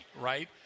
right